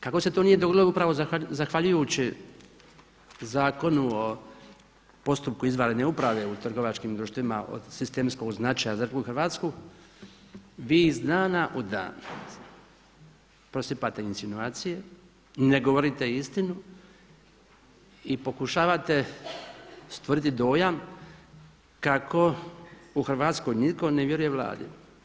Kako se to nije dogodilo upravo zahvaljujući Zakonu o postupku izvanredne uprave u trgovačkim društvima od sistemskog značaja za RH vi iz dana u dan prosipate insinuacije, ne govorite istinu i pokušavate stvoriti dojam kako u Hrvatskoj nitko ne vjeruje Vladi.